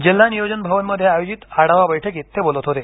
जिल्हा नियोजन भवनमध्ये आयोजित आढावा बैठकीत ते बोलत होते